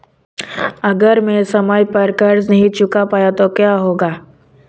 अगर मैं समय पर कर्ज़ नहीं चुका पाया तो क्या होगा?